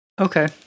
Okay